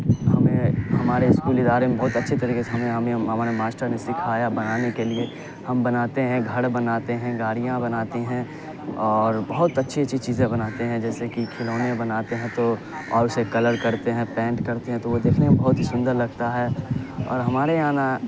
ہمیں ہمارے اسکول ادارے میں بہت اچھی طریقے سے ہمیں ہمیں ہمارے ماسٹر نے سکھایا بنانے کے لیے ہم بناتے ہیں گھر بناتے ہیں گاڑیاں بناتے ہیں اور بہت اچھی اچھی چیزیں بناتے ہیں جیسے کہ کھلونے بناتے ہیں تو اور اسے کلر کرتے ہیں پینٹ کرتے ہیں تو وہ دیکھنے میں بہت ہی سندر لگتا ہے اور ہمارے یہاں نا